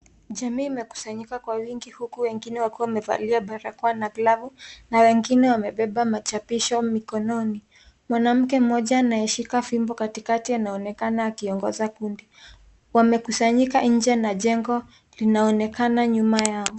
Jamii imekusanyika kwa wingi huku wengine wakiwa wamevalia barakoa na glavu. Na wengine wamebeba machapisho mikononi. Mwanamke mmoja anayeshika fimbo katikati anaonekana akiongoza kundi. Wamekusanyika nje na jengo linaonekana nyuma yao.